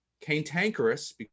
cantankerous